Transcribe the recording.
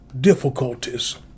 difficulties